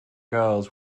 girls